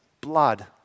blood